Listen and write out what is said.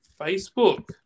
Facebook